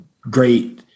great –